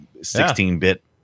16-bit